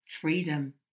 freedom